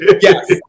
yes